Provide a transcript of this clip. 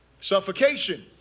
suffocation